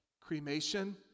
cremation